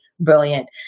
brilliant